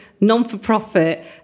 non-for-profit